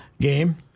game